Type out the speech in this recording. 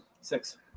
Six